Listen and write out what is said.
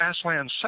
Aslan